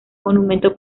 monumento